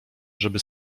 żeby